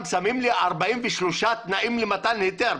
שמים לי 43 תנאים למתן היתר.